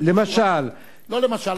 למשל, לא למשל.